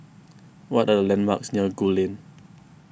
what are the landmarks near Gul Lane